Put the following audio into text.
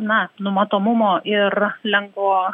na numatomumo ir lengvo